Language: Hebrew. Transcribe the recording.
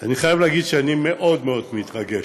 אני חייב להגיד שאני מאוד מאוד מתרגש.